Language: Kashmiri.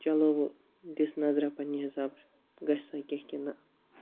چلو وۅنۍ دِس نظرا پنٕنہِ حِساب گژھِ سا کیٚنٛہہ کِنہٕ نہَ